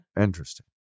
Interesting